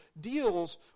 deals